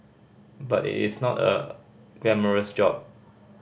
but it is not a glamorous job